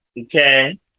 Okay